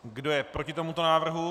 Kdo je proti tomuto návrhu?